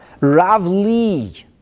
ravli